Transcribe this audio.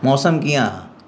मौसम कीअं आहे